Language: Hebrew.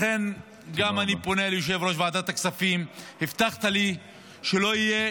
לכן אני פונה גם ליושב-ראש ועדת הכספים: הבטחת לי שלא יהיו